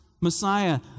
messiah